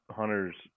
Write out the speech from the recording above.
hunters